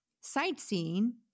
sightseeing